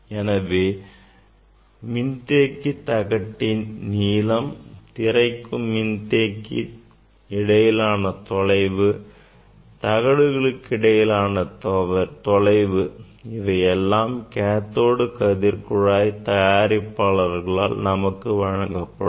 எனவே மின்தேக்கி தகட்டின் நீளம் திரைக்கும் மின்தேக்கிக்கும் இடையிலான தொலைவு மற்றும் தகடுகளுக்கு இடையிலான தொலைவு இவை எல்லாம் கேத்தோடு கதிர் குழாய் தயாரிப்பாளரால் நமக்கு வழங்கப்படும்